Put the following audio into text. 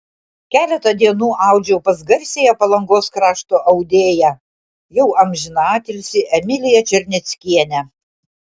keletą dienų audžiau pas garsiąją palangos krašto audėją jau amžinatilsį emiliją černeckienę